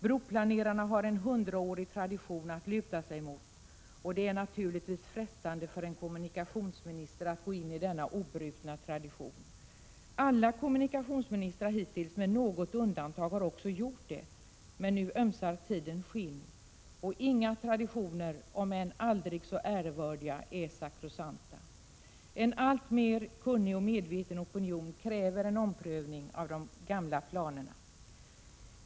Broplanerarna har en hundraårig tradition att luta sig mot, och det är naturligtvis frestande för en kommunikationsminister att gå in i denna obrutna tradition. Alla kommunikationsministrar hittills, med något undantag, har också gjort det. Men nu ömsar tiden skinn. Inga traditioner, om än aldrig så ärevördiga, är sakrosankta. En alltmer kunnig och medveten opinion kräver en omprövning av de gamla planerna.